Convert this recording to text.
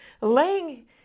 laying